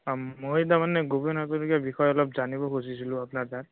মই তাৰমানে ভূপেন হাজৰিকাৰ বিষয়ে অলপ জানিব খুজিছিলোঁ আপোনাৰ তাত